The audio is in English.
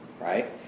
Right